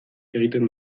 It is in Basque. egiten